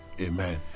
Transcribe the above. Amen